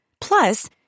Plus